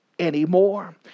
Anymore